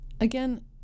Again